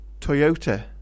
Toyota